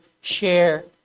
share